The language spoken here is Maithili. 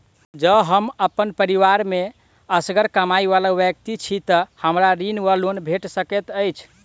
जँ हम अप्पन परिवार मे असगर कमाई वला व्यक्ति छी तऽ हमरा ऋण वा लोन भेट सकैत अछि?